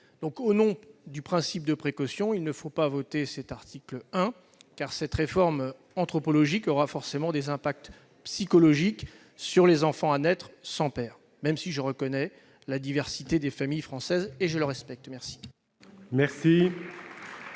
Au nom du principe de précaution, il ne faut donc pas voter cet article 1, car cette réforme anthropologique aura forcément des impacts psychologiques sur les enfants à naître sans père. Pour autant, je reconnais la diversité des familles françaises et la respecte. La